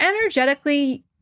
energetically